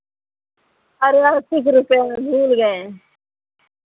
अरे अड़तीस रुपये में भूल गऍं